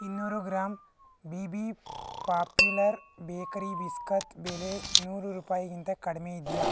ಇನ್ನೂರು gram B B popular bakery biscuit ಬೆಲೆ ನೂರು ರೂಪಾಯಿಗಿಂತ ಕಡಿಮೆ ಇದೆಯಾ